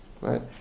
right